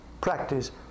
practice